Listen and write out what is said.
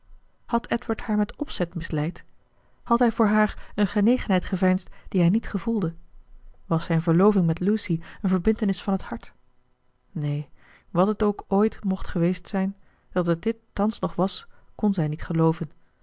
had edward haar met opzet misleid had hij voor haar een genegenheid geveinsd die hij niet gevoelde was zijne verloving met lucy eene verbintenis van het hart neen wat het ook ooit mocht geweest zijn dat het dit thans nog was kon zij niet gelooven